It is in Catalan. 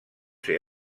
ser